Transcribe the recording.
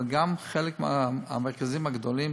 אבל גם חלק מהמרכזים הגדולים,